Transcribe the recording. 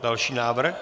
Další návrh?